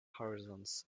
horizons